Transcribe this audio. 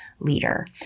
Leader